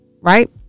Right